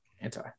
anti